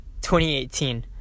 2018